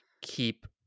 keep